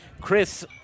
Chris